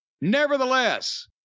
Nevertheless